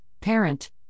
parent